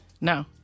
No